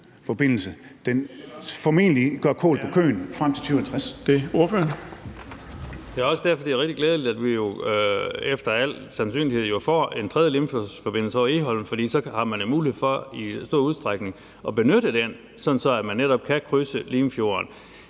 ordføreren. Kl. 15:12 Per Larsen (KF): Det er jo også derfor, det er rigtig glædeligt, at vi efter al sandsynlighed får en tredje Limfjordsforbindelse over Egholm. For så har man jo en mulighed for i stor udstrækning at benytte den, sådan at man netop kan krydse Limfjorden.